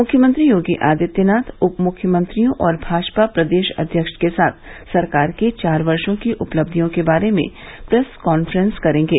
मुख्यमंत्री योगी आदित्यनाथ उप मुख्यमंत्रियों और भाजपा प्रदेश अध्यक्ष के साथ सरकार के चार वर्षो की उपलब्धियों के बारे में प्रेस कान्फ्रेंस करेंगे